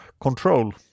control